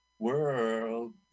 World